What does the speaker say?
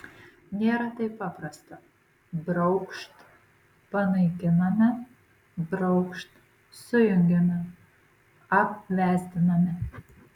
nėra taip paprasta braukšt panaikiname braukšt sujungiame apvesdiname